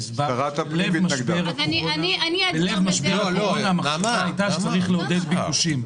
הסברתי בלב משבר הקורונה, שצריך לעודד ביקושים.